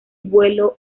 vuelo